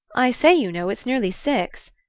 i say, you know, it's nearly six,